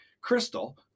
Crystal